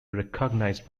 recognized